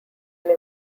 also